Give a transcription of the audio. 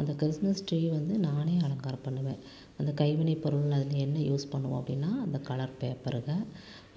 அந்த கிறிஸ்மஸ் ட்ரீயை வந்து நானே அலங்காரம் பண்ணுவேன் அந்த கைவினைப் பொருள்லாம் அதில் என்ன யூஸ் பண்ணுவோம் அப்படின்னா அந்த கலர் பேப்பரை தான்